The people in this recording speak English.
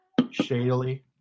shadily